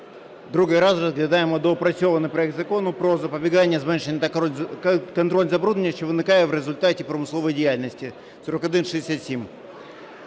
другий раз розглядаємо допрацьований проект Закону про запобігання, зменшення та контроль забруднення, що виникає в результаті промислової діяльності (4167).